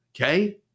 okay